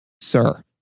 sir